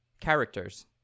Characters